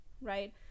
right